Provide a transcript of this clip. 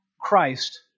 Christ